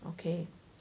okay